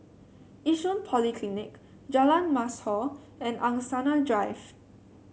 Yishun Polyclinic Jalan Mashhor and Angsana Drive